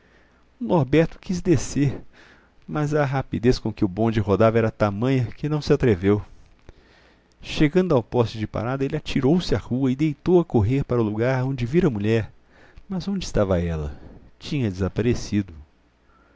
o norberto quis descer mas a rapidez com que o bonde rodava era tamanha que não se atreveu chegando ao poste de parada ele atirou-se à rua e deitou a correr para o lugar onde vira a mulher mas onde estava ela tinha desaparecido